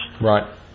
Right